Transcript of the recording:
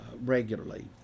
regularly